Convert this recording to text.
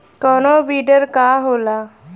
कोनो बिडर का होला?